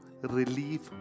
relief